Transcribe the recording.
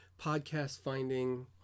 podcast-finding